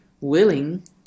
willing